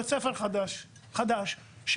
בית ספר חדש שנבנה,